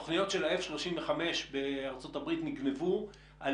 התוכניות של ה-F35 בארצות הברית נגנבו על